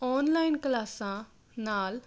online ਕਲਾਸਾਂ ਨਾਲ